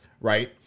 right